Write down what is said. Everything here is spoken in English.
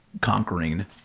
conquering